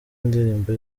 indirimbo